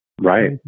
Right